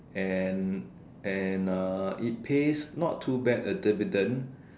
and and uh it pays not too bad a dividend